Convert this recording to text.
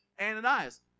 Ananias